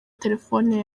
telefoni